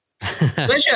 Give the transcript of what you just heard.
Pleasure